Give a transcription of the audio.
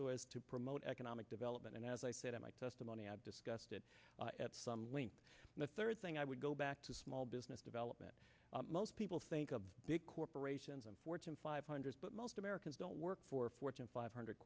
as to promote economic development and as i said in my testimony i've discussed it at some length the third thing i would go back to small business development most people think of big corporations and fortune five hundred but most americans don't work for fortune five hundred